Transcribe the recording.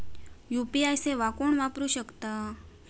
UPI सेवा कोण वापरू शकता?